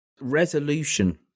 Resolution